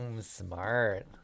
smart